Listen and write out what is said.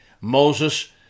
Moses